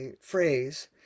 phrase